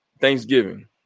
Thanksgiving